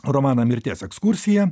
romaną mirties ekskursija